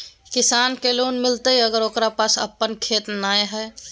किसान के लोन मिलताय अगर ओकरा पास अपन खेत नय है?